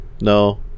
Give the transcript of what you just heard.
No